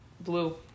Blue